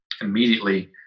immediately